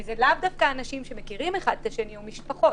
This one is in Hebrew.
ואלו לאו דווקא אנשים שמכירים אחד את השני או משפחות.